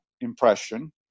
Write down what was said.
impression